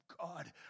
God